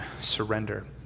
surrender